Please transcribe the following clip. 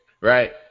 right